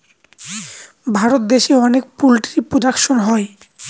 ভারত দেশে অনেক poultry production হয়